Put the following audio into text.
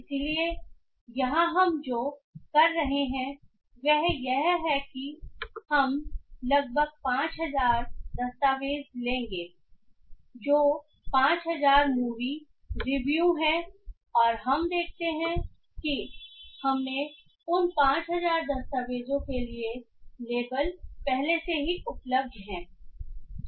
इसलिए यहां हम जो कर रहे हैं वह यह है कि हम लगभग 5000 दस्तावेज लेंगे जो 5000 मूवी रिव्यू हैं और हम देखते हैं कि हमें उन 5000 दस्तावेजों के लिए लेबल पहले से ही उपलब्ध हैं